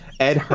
Ed